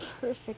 perfect